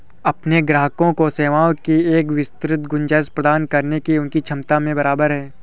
अपने ग्राहकों को सेवाओं की एक विस्तृत गुंजाइश प्रदान करने की उनकी क्षमता में बराबर है